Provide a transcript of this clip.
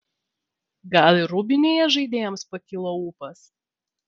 gal ir rūbinėje žaidėjams pakilo ūpas